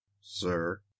sir